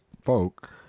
folk